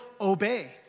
obey